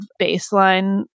baseline